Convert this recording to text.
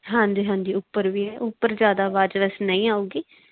ਹਾਂਜੀ ਹਾਂਜੀ ਉੱਪਰ ਵੀ ਹੈ ਉੱਪਰ ਜ਼ਿਆਦਾ ਆਵਾਜ਼ ਵੈਸੇ ਨਹੀਂ ਆਉਗੀ